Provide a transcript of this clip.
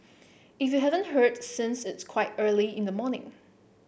if you haven't heard since it's quite early in the morning